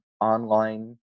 online